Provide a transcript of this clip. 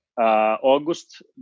August